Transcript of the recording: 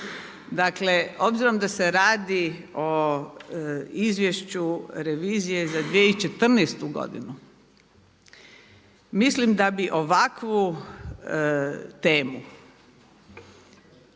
Dakle obzirom da se radi o izvješću revizije za 2014. godinu, mislim da bi ovakvu temu